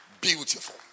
Beautiful